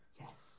Yes